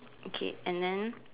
okay and then